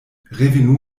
revenu